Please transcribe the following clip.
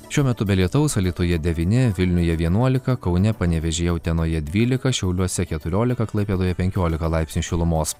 šiuo metu be lietaus alytuje devyni vilniuje vienuolika kaune panevėžyje utenoje dvylika šiauliuose keturiolika klaipėdoje penkiolika laipsnių šilumos